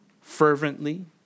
fervently